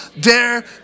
dare